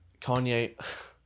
Kanye